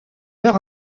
leur